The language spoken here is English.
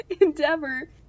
endeavor